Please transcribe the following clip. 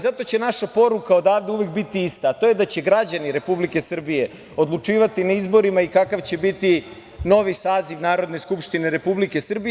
Zato će naša poruka odavde uvek biti ista, a to je da će građani Republike Srbije odlučivati na izborima i kakav će biti novi saziv Narodne skupštine Republike Srbije.